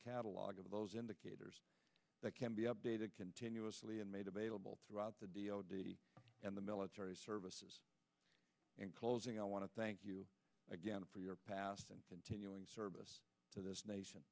catalog of those indicators that can be updated continuously and made available throughout the day and the military services in closing i want to thank you again for your past and continuing service to this nation